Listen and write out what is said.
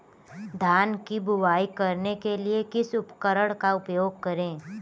धान की बुवाई करने के लिए किस उपकरण का उपयोग करें?